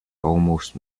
almost